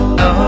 no